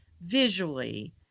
visually